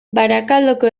barakaldoko